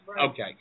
Okay